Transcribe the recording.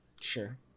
Sure